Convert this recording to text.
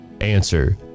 answer